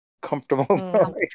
comfortable